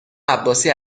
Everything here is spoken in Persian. عباسی